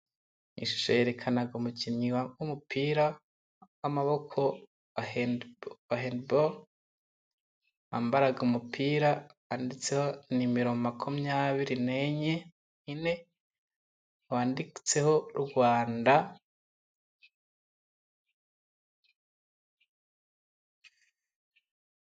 Ishusho yerekana umukinnyi w'umupira w'amaboko handi boro, yambaraga umupira anditseho nimero makumyabiri n'enye, wanditseho Rwanda.